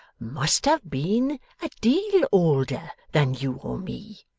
must have been a deal older than you or me